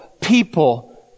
people